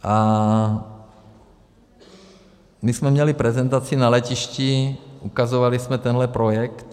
A my jsme měli prezentaci na letišti, ukazovali jsme tenhle projekt.